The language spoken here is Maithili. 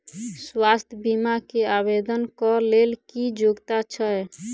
स्वास्थ्य बीमा केँ आवेदन कऽ लेल की योग्यता छै?